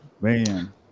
man